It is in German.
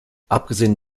abgesehen